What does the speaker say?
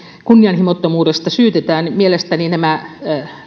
kunnianhimottomuudesta syytetään niin mielestäni nämä